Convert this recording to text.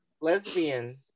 lesbian